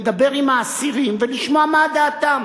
לדבר עם האסירים ולשמוע מה דעתם,